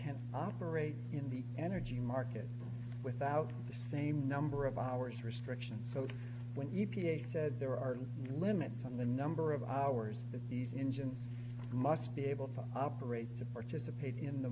can operate in the energy market without the same number of hours restrictions so when you ph said there are no limits on the number of hours that these engine must be able to operate to participate in the